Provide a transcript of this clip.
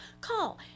Call